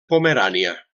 pomerània